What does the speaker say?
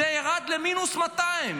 זה ירד למינוס 200,